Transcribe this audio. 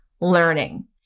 learning